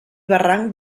barranc